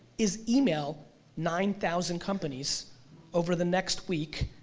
is email nine thousand companies over the next week,